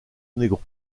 negro